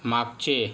मागचे